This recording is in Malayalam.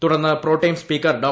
തുടർന്ന് പ്രോട്ടം സ്പീക്കർ ഡോ